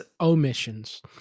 omissions